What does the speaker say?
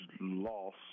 loss